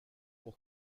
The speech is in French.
pour